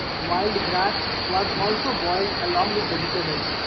wild grass was also boiled along with vegetables.